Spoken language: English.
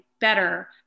better